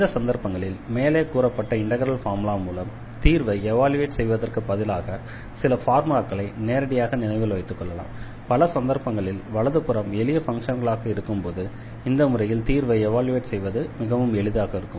இந்த சந்தர்ப்பங்களில் மேலே கூறப்பட்ட இண்டெக்ரல் ஃபார்முலா மூலம் தீர்வை எவால்யுயேட் செய்வதற்கு பதிலாக சில ஃபார்முலாக்களை நேரடியாக நினைவில் வைத்துக் கொள்ளலாம் பல சந்தர்ப்பங்களில் வலது புறம் எளிய ஃபங்ஷன்களாக இருக்கும்போது இந்த முறையில் தீர்வை எவால்யுயேட் செய்வது மிகவும் எளிதாக இருக்கும்